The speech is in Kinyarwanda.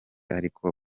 ariko